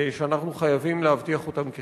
שאנחנו חייבים להבטיח אותם כחברה.